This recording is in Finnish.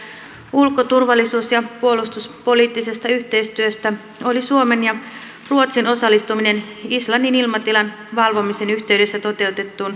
ulko turvallisuus ja puolustuspoliittisesta yhteistyöstä oli suomen ja ruotsin osallistuminen islannin ilmatilan valvomisen yhteydessä toteutettuun